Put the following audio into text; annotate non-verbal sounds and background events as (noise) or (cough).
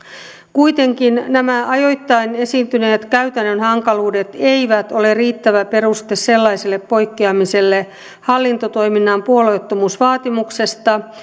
kuitenkin nämä ajoittain esiintyneet käytännön hankaluudet eivät ole riittävä peruste sellaiselle poikkeamiselle hallintotoiminnan puolueettomuusvaatimuksesta (unintelligible)